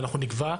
ואנחנו נקבע,